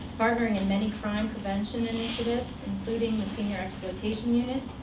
partnering in many crime prevention initiatives, including the senior exploitation unit,